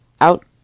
out